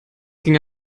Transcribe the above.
ging